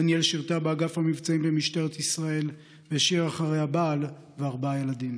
דניאל שירתה באגף המבצעים במשטרת ישראל והשאירה אחריה בעל וארבעה ילדים.